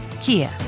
Kia